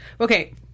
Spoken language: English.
Okay